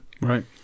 Right